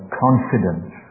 confidence